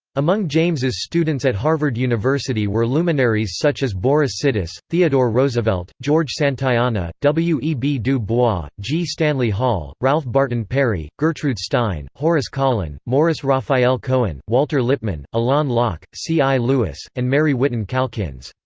among james's students at harvard university were luminaries such as boris sidis, theodore roosevelt, george santayana, w. e. b. du bois, g. stanley hall, ralph barton perry, gertrude stein, horace kallen, morris raphael cohen, walter lippmann, alain locke, c. i. lewis, and mary whiton calkins.